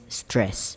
stress